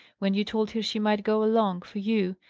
when you told her she might go along, for you.